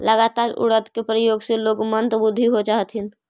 लगातार उड़द के प्रयोग से लोग मंदबुद्धि हो जा हथिन